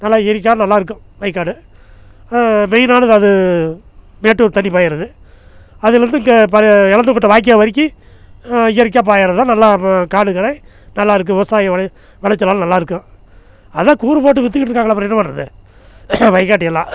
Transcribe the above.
நல்ல ஏரிக்கா நல்லா இருக்கும் வயக்காடு மெயினானது அது மேட்டூர் தண்ணி பாயுறது அதிலிருந்து இங்கே எலந்தக்கொட்டை வாய்க்கால் வரைக்கும் இயற்கையாக பாய்றதுதான் நல்லா காடு கரை நல்லாயிருக்கும் விவசாயம் வெள விளைச்செல்லாம் நல்லா இருக்கும் அதுதான் கூறு போட்டு வித்துக்கிட்டு இருக்காங்களே அப்புறம் என்ன பண்ணுறது வயக்காட்டை எல்லாம்